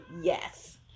Yes